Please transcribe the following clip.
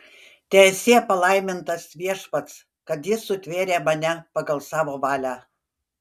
teesie palaimintas viešpats kad jis sutvėrė mane pagal savo valią